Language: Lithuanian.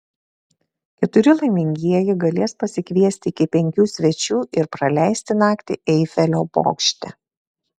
keturi laimingieji galės pasikviesti iki penkių svečių ir praleisti naktį eifelio bokšte